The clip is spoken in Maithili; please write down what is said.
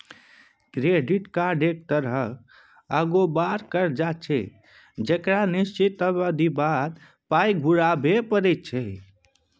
क्रेडिट कार्ड एक तरहक अगोबार करजा छै जकरा निश्चित अबधी बाद पाइ घुराबे परय छै